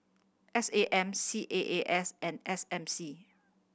S A M C A A S and S M C